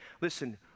Listen